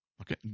Okay